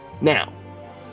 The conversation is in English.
Now